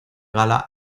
gala